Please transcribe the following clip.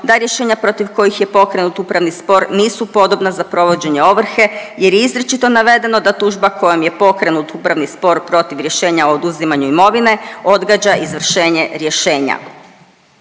da rješenja protiv kojih je pokrenut upravni spor nisu podobna za provođenja ovrhe jer je izričito navedeno da tužbom kojom je pokrenut upravni spor protiv rješenja o oduzimanju imovine odgađa izvršenja rješenja.